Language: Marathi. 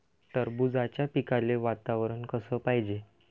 टरबूजाच्या पिकाले वातावरन कस पायजे?